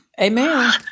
Amen